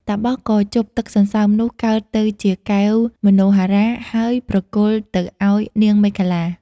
តាបសក៏ជប់ទឹកសន្សើមនោះកើតទៅជាកែវមនោហរា ហើយប្រគល់ទៅឱ្យនាងមេខលា។